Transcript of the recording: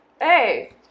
Hey